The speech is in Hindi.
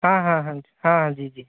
हाँ हाँ हाँ हाँ जी जी